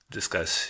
discuss